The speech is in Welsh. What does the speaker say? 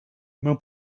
mewn